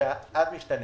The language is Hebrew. שאז זה משתנה.